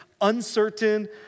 uncertain